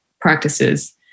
practices